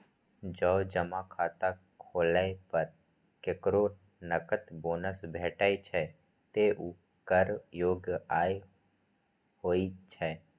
जौं जमा खाता खोलै पर केकरो नकद बोनस भेटै छै, ते ऊ कर योग्य आय होइ छै